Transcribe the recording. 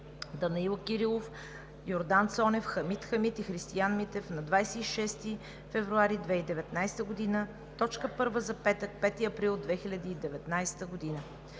Данаил Кирилов, Йордан Цонев, Хамид Хамид и Христиан Митев на 26 февруари 2019 г. – точка първа за петък, 5 април 2019 г.